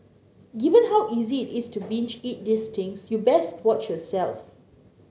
given how easy it is to binge eat these things you best watch yourself